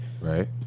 Right